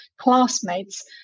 classmates